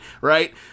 right